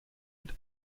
mit